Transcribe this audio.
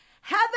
Heather